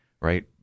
right